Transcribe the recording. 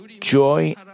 joy